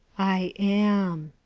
i am!